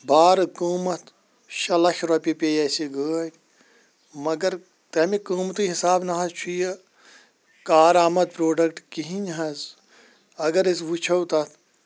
بارٕ قۭمَتھ شے لَچھ رۄپیہٕ پے اسہِ یہِ گٲڑۍ مگر تَمہِ قۭمتہٕ حِساب نَہ حَظ چھُ یہِ کار آمَد پرٛوڈَکٹہٕ کِہیٖنۍ حَظ اگر أسۍ وٕچھو تَتھ